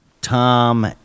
Tom